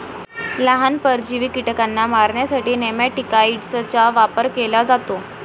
लहान, परजीवी कीटकांना मारण्यासाठी नेमॅटिकाइड्सचा वापर केला जातो